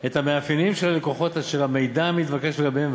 את המאפיינים של הלקוחות אשר המידע מתבקש לגביהם,